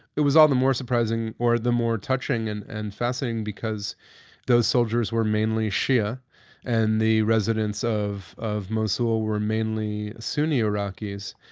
it was all the more surprising or the more touching and and fascinating because those soldiers were mainly shia and the residents of of mosul were mainly sunni iraqis.